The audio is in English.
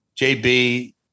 JB